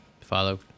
Follow